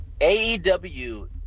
AEW